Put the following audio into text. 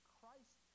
Christ